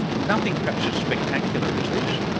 nothing perhaps as spectacular as this.